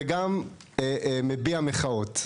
וגם מביע מחאות.